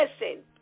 listen